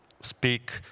speak